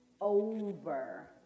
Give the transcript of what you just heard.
over